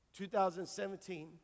2017